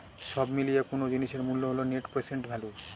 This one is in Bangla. সব মিলিয়ে কোনো জিনিসের মূল্য হল নেট প্রেসেন্ট ভ্যালু